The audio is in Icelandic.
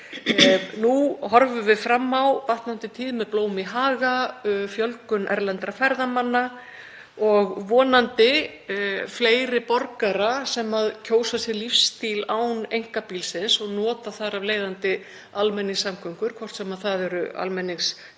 Nú horfum við fram á batnandi tíð með blóm í haga, fjölgun erlendra ferðamanna og vonandi fleiri borgara sem kjósa sér lífstíl án einkabílsins og nota þar af leiðandi almenningssamgöngur, hvort sem það eru almenningsstrætisvagnar